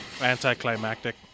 anticlimactic